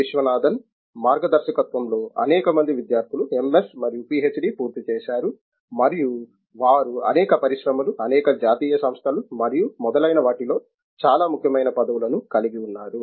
విశ్వనాథన్ మార్గదర్శకత్వంలో అనేక మంది విద్యార్థులు ఎంఎస్ మరియు పిహెచ్డి పూర్తి చేశారు మరియు వారు అనేక పరిశ్రమలు అనేక జాతీయ సంస్థలు మరియు మొదలైన వాటిలో చాలా ముఖ్యమైన పదవుల ను కలిగి ఉన్నారు